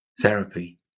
therapy